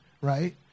right